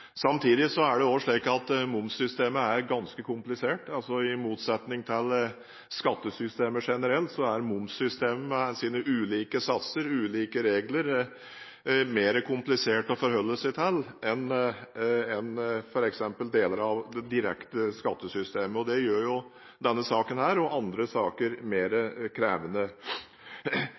Samtidig er det også slik at momssystemet er ganske komplisert. I motsetning til skattesystemet generelt er momssystemet med sine ulike satser og ulike regler mer komplisert å forholde seg til enn f.eks. deler av det direkte skattesystemet. Det gjør denne og andre saker mer krevende.